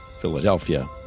philadelphia